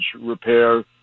repair